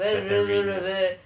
veterinary